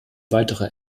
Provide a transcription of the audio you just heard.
weitere